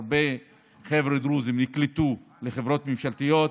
הרבה חבר'ה דרוזים נקלטו בחברות ממשלתיות,